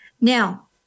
Now